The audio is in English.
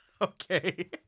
Okay